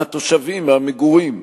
מהתושבים, מהמגורים.